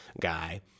guy